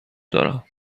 دارم